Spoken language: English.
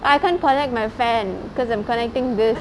I can't connect my fan because I'm connecting this